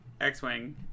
X-Wing